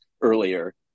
earlier